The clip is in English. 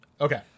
Okay